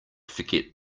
forget